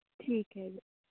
ਠੀਕ ਹੈ ਜੀ